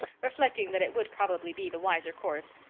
reflecting that it would probably be the wiser course.